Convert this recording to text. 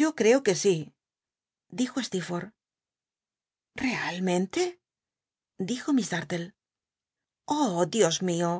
yo creo que si dijo stecrforlh realmente dijo miss darlle oh dios mio